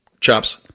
Chops